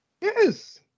Yes